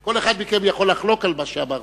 כל אחד מכם יכול לחלוק על מה שאמרתי.